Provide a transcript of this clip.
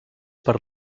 per